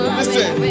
listen